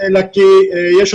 אלא הדאגה היא לאיכות